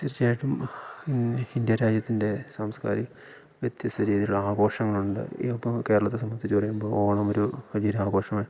തീർച്ചയായിട്ടും ഇന്ന് ഇന്ത്യ രാജ്യത്തിൻ്റെ സാംസ്കാരിക വ്യത്യസ്ഥ രീതിയിലുള്ള ആഘോഷങ്ങളുണ്ട് ഈ അപ്പോൾ കേരളത്തെ സംബന്ധിച്ചിട്ട് പറയുമ്പോൾ ഓണമൊരു വലിയൊരു ആഘോഷമാണ്